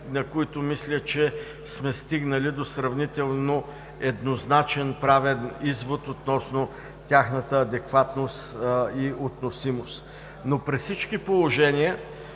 на които мисля, че сме стигнали до сравнително еднозначен правен извод относно тяхната адекватност и относимост. При всички положения